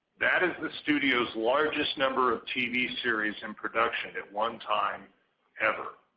that is the studio's largest number of tv series in production at one time ever.